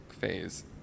phase